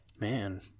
Man